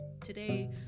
Today